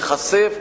ייחשף,